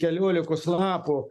keliolikos lapų